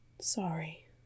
sorry